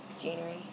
January